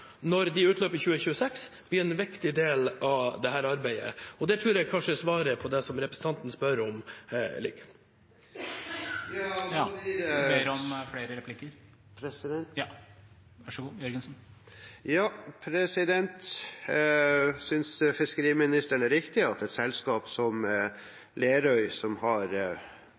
når de utløper i 2026, blir en viktig del av dette arbeidet, og der tror jeg kanskje svaret på det som representanten spør om, ligger.